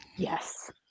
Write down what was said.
yes